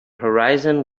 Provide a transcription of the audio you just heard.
horizon